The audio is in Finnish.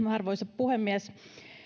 arvoisa puhemies